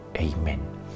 Amen